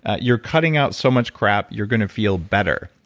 ah you're cutting out so much crap you're going to feel better.